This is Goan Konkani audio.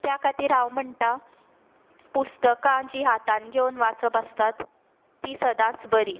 त्या खातीर हांव म्हणटा पुस्तकां जीं हातांत घेवन वाचप आसता तीं सदांच बरीं